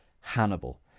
Hannibal